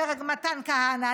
אומר מתן כהנא,